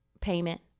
payment